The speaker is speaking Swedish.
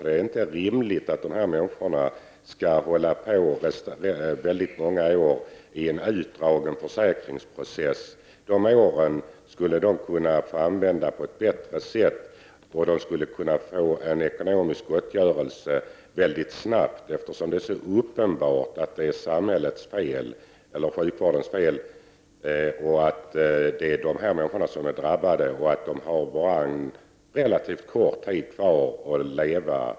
Det är inte rimligt att dessa människor skall behöva agera i många år i en utdragen försäkringsprocess. De åren skulle de kunna få använda på ett bättre sätt. De skulle kunna få en ekonomisk gottgörelse snabbt. Det är så uppenbart att det är sjukvårdens fel, det är dessa människor som har drabbats, och de har en relativt kort tid kvar att leva.